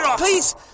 Please